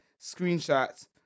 screenshots